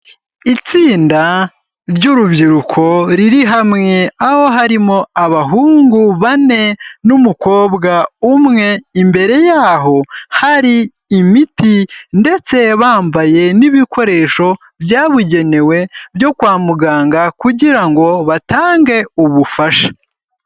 Itsinda ry'urubyiruko riri hamwe aho harimo abahungu bane n'umukobwa umwe, imbere yaho hari imiti ndetse bambaye n'ibikoresho byabugenewe byo kwa muganga kugira ngo batange ubufasha.